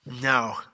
no